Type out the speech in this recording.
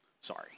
Sorry